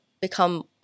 become